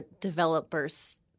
developers